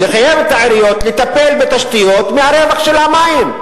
לחייב את העיריות לטפל בתשתיות מהרווח של המים.